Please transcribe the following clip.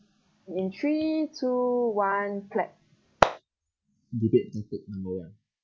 in three two one clap debate topic number one